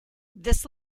this